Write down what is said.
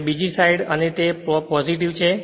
અને બીજી સાઈડ અને તે એક છે